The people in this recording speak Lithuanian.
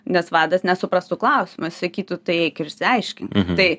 nes vadas nesuprastų klausimo jis sakytų tai eik ir išsiaiškink tai